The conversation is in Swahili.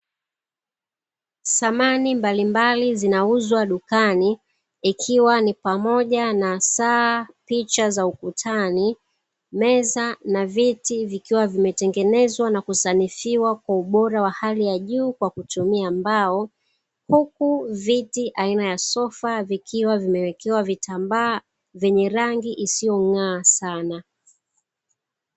dhamani mbalimbali zinauzwa dukani ikiwemo saa viti makbati huku sofa zikiwa zimewekewa vitambaa visivyo ng'aa sana